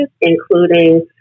including